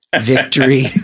victory